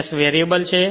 s variable છે